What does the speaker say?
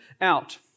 out